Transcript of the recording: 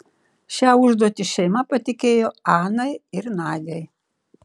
šią užduotį šeima patikėjo anai ir nadiai